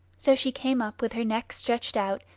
so she came up with her neck stretched out,